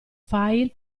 file